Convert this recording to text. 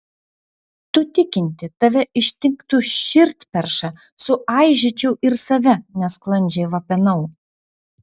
tu tikinti tave ištiktų širdperša suaižyčiau ir save nesklandžiai vapenau